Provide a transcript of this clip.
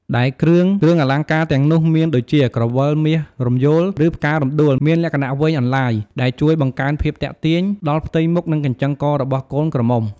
ដែលគ្រឿង គ្រឿងអលង្ការទាំងនោះមានដូចជា ក្រវិលមាសរំយោល ឬផ្ការំដួល មានលក្ខណៈវែងអន្លាយ ដែលជួយបង្កើនភាពទាក់ទាញដល់ផ្ទៃមុខ និងកញ្ចឹងករបស់កូនក្រមុំ។